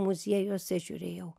muziejuose žiūrėjau